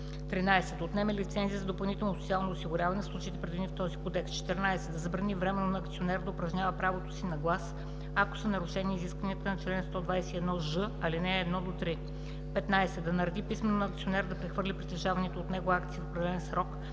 13. да отнеме лицензия за допълнително социално осигуряване в случаите, предвидени в този Кодекс; 14. да забрани временно на акционер да упражнява правото си на глас, ако са нарушени изискванията на чл. 121ж, ал. 1 – 3; 15. да нареди писмено на акционер да прехвърли притежаваните от него акции в определен срок,